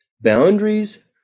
Boundaries